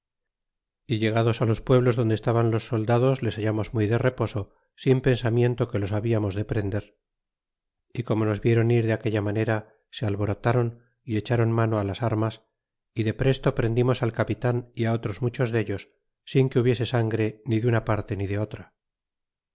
y llegados los pueblos donde estaban los soldados les hallamos muy de reposo sin pensamiento que los habíamos de prender y como nos viéron ir de aquella manera se alborotron y echron mano las armas y de presto prendimos al capitan y otros muchos dellos sin que hubiese sangre ni de una parte ni de otra